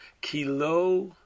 Kilo